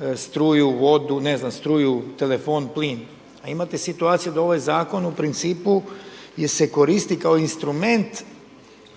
na struju, vodu, ne znam, struju, telefon, plin. A imate situaciju da ovaj zakon u principu se koristi kao instrument